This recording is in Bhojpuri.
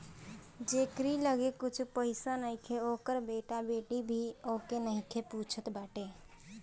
जेकरी लगे कुछु पईसा नईखे ओकर बेटा बेटी भी ओके नाही पूछत बाटे